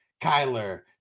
Kyler